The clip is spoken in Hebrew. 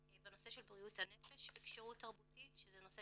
בנושא של בריאות הנפש וכשירות תרבותית שזה נושא